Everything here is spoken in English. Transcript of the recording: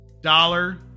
dollar